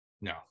No